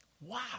Wow